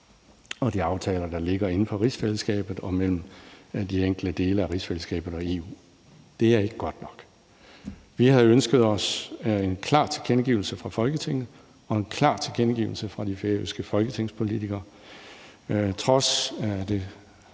til de aftaler, der ligger inden for rigsfællesskabet og mellem de enkelte dele af rigsfællesskabet og EU. Det er ikke godt nok. Vi havde ønsket os en klar tilkendegivelse fra Folketinget og en klar tilkendegivelse fra de færøske folketingspolitikere. Trods det